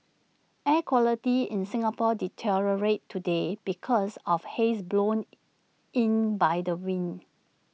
air quality in Singapore deteriorated today because of haze blown in by the wind